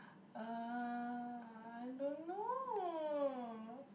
uh I don't know